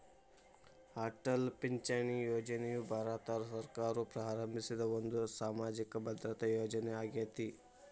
ಅಟಲ್ ಪಿಂಚಣಿ ಯೋಜನೆಯು ಭಾರತ ಸರ್ಕಾರವು ಪ್ರಾರಂಭಿಸಿದ ಒಂದು ಸಾಮಾಜಿಕ ಭದ್ರತಾ ಯೋಜನೆ ಆಗೇತಿ